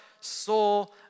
soul